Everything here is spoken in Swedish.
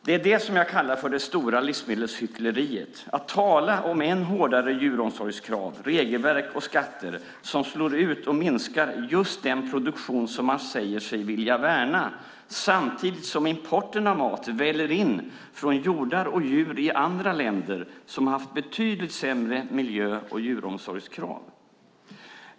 Det är detta jag kallar det stora livsmedelshyckleriet: att tala om än hårdare djuromsorgskrav, regelverk och skatter som slår ut och minskar just den produktion man säger sig vilja värna samtidigt som importen av mat väller in från jordar och djur i andra länder som haft betydligt sämre miljö och djuromsorgskrav.